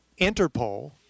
Interpol